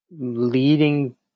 leading